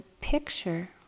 picture